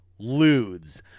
Ludes